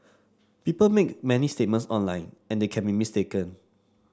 people make many statements online and they can be mistaken